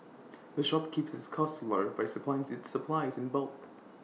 the shop keeps its costs low by supplies its supplies in bulk